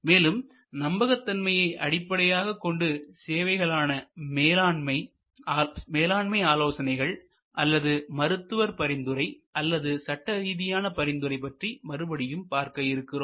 மேலும் நம்பகத்தன்மையை அடிப்படையாகக் கொண்டு சேவைகளான மேலாண்மை ஆலோசனைகள் அல்லது மருத்துவர் பரிந்துரை அல்லது சட்டரீதியான பரிந்துரை பற்றி மறுபடியும் பார்க்க இருக்கிறோம்